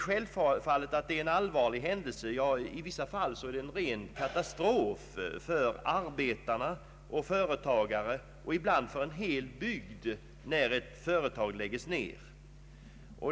Självfallet är det en allvarlig händelse — ja, i vissa fall en ren katastrof — för arbetare och företagare och ibland för en hel bygd, när ett företag lägges ned.